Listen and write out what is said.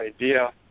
idea